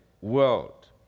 world